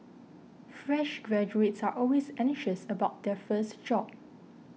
fresh graduates are always anxious about their first job